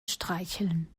streicheln